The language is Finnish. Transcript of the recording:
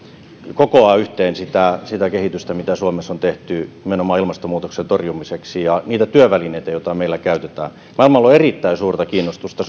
kokoaa yhteen sitä sitä kehitystä mitä suomessa on tehty nimenomaan ilmastonmuutoksen torjumiseksi ja niitä työvälineitä joita meillä käytetään maailmalla on erittäin suurta kiinnostusta